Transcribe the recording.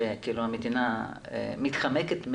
כאילו המדינה מתחמקת מאחריות,